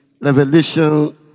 Revelation